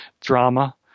Drama